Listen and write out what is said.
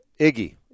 Iggy